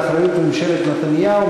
באחריות ממשלת נתניהו,